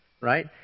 right